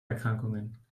erkrankungen